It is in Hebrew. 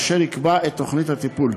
אשר יקבע את תוכנית הטיפול.